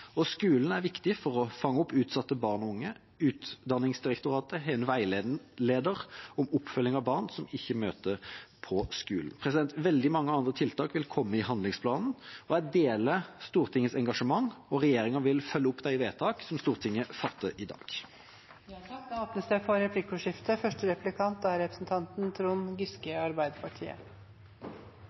Skolen er viktig for å fange opp utsatte barn og unge. Utdanningsdirektoratet har en veileder om oppfølging av barn som ikke møter på skolen. Veldig mange andre tiltak vil komme i handlingsplanen. Jeg deler Stortingets engasjement, og regjeringa vil følge opp de vedtak som Stortinget fatter i dag. Det blir replikkordskifte. Jeg setter pris på statsrådens engasjement i saken. Som man ser av innstillingen, er